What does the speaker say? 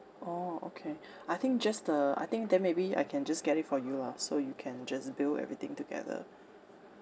orh okay I think just uh I think then maybe I can just get it from you lah so you can just bill everything together